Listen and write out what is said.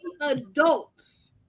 adults